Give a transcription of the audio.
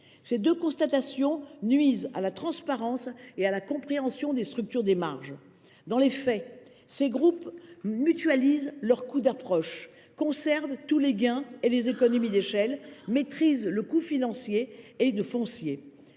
Ces deux phénomènes nuisent à la transparence et à la compréhension de la structure des marges. Dans les faits, ces groupes mutualisent leurs coûts d’approche, conservent tous les gains et les économies d’échelle, maîtrisent les coûts de financement et du foncier,